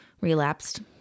relapsed